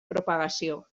propagació